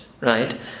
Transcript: right